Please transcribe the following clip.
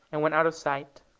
and went out of sight.